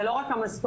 זה לא רק המשכורת,